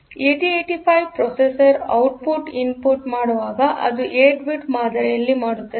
8085 processor output input ಮಾಡುವಾಗ ಅದು 8 bit ಮಾದರಿಯಲ್ಲಿ ಮಾಡುತ್ತದೆ